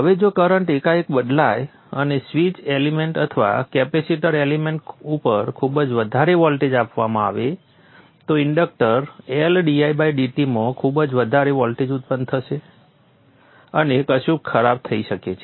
હવે જો કરંટ એકાએક બદલાય અને સ્વીચ એલિમેન્ટ અથવા કેપેસિટર એલિમેન્ટ ઉપર ખૂબ જ વધારે વોલ્ટેજ આપવામાં આવે તો ઇન્ડક્ટર L didt માં ખૂબ જ વધારે વોલ્ટેજ ઉત્પન્ન થશે અને કશુંક ખરાબ થઈ શકે છે